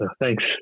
Thanks